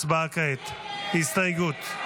הצבעה כעת, הסתייגות.